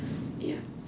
ya